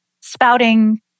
spouting